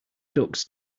ducks